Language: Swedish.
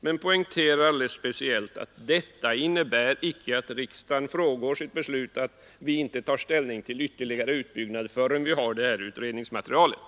Men jag poängterar speciellt att detta icke innebär att riksdagen frångår sitt beslut att ta ställning till ytterligare utbyggnad först då vi har utredningsmaterialet.